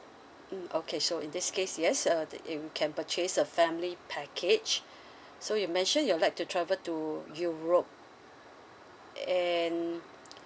mm okay so in this case yes err that you can purchase a family package so you mentioned you would like to travel to europe and